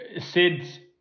Sids